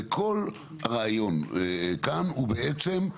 וכל הרעיון כאן הוא בעצם,